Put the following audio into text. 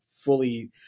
fully